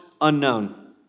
unknown